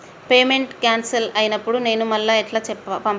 Payment cancel అయినపుడు నేను మళ్ళా ఎట్ల పంపాలే?